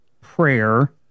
Prayer